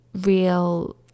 real